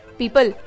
people